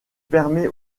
permet